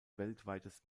weltweites